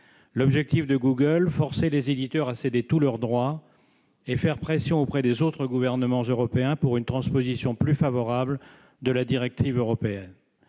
L'objectif de Google est de forcer les éditeurs à céder tous leurs droits et de faire pression sur les autres gouvernements européens pour une transposition plus favorable de la directive européenne.